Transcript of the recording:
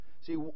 See